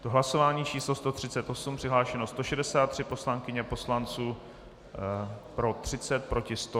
Je to hlasování číslo 138, přihlášeno 163 poslankyň a poslanců, pro 30, proti 100.